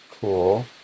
cool